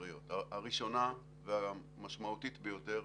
העיקריות הראשונה והמשמעותית ביותר,